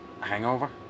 hangover